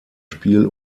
spiel